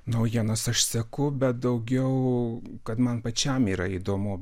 naujienas aš seku bet daugiau kad man pačiam yra įdomu